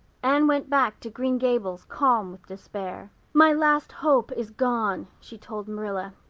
anne went back to green gables calm with despair. my last hope is gone, she told marilla.